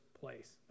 place